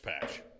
Patch